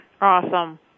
Awesome